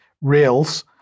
rails